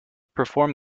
perform